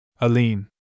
Aline